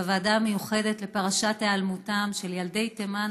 המיוחדת לפרשת היעלמותם של ילדי תימן,